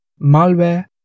malware